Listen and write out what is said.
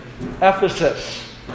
Ephesus